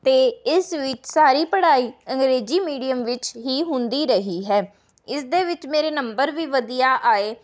ਅਤੇ ਇਸ ਵਿੱਚ ਸਾਰੀ ਪੜ੍ਹਾਈ ਅੰਗਰਜ਼ੀ ਮੀਡੀਅਮ ਵਿੱਚ ਹੀ ਹੁੰਦੀ ਰਹੀ ਹੈ ਇਸ ਦੇ ਵਿੱਚ ਮੇਰੇ ਨੰਬਰ ਵੀ ਵਧੀਆ ਆਏ